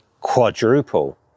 quadruple